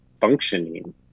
functioning